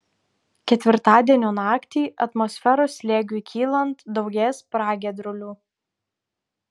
ketvirtadienio naktį atmosferos slėgiui kylant daugės pragiedrulių